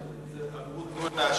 תנו לעשירים?